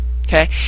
Okay